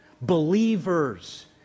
Believers